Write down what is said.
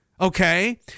okay